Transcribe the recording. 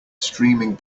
streaming